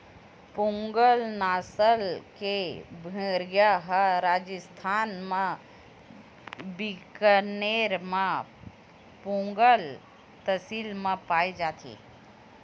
पूगल नसल के भेड़िया ह राजिस्थान म बीकानेर म पुगल तहसील म पाए जाथे